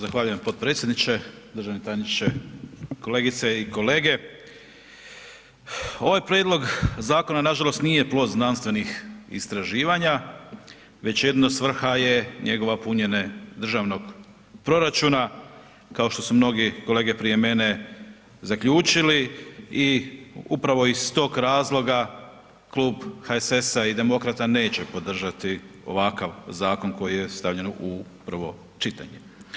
Zahvaljujem potpredsjedniče, državni tajniče, kolegice i kolege, ovaj prijedlog zakona nažalost nije plod znanstvenih istraživanja, već jedino svrha je njegovo punjenje državnog proračuna kao što su mnogi kolege prije mene zaključili i upravo iz tog razloga Klub HSS-a i demokrata neće podržati ovakav zakon koji je stavljen u prvo čitanje.